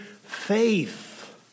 faith